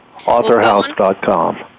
AuthorHouse.com